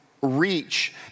reach